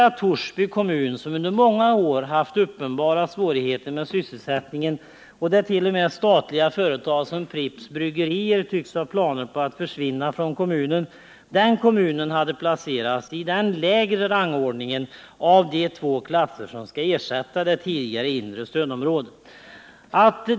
Torsby kommun, som under många år har haft uppenbara svårigheter med sysselsättningen och där t.o.m. statliga företag som Pripps Bryggerier tycks ha planer på att försvinna från kommunen, hade placerats i den lägre rangordningen av de två klasser som skall ersätta det tidigare inre stödområdet.